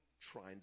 trying